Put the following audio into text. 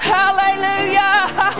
hallelujah